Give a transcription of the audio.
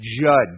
judge